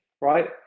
right